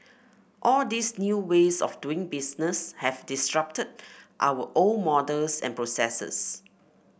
all these new ways of doing business have disrupted our old models and processes